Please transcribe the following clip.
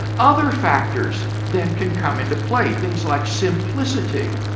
other factors then can come into play. things like simplicity,